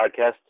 podcast